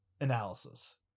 analysis